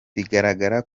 bigaragara